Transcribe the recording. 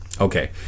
Okay